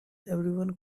everyone